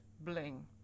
bling